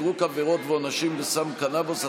מדרוג עבירות ועונשים בסם קנבוס),